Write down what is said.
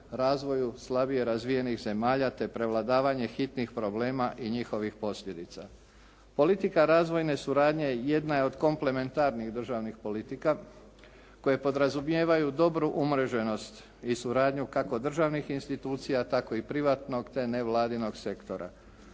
razvoju slabije razvijenih zemalja te prevladavanje hitnih problema i njihovih posljedica. Politika razvojne suradnje jedna je od komplementarnih državnih politika koje podrazumijevaju dobru umreženost i suradnju kako državnih institucija tako i privatnog te nevladinog sektora.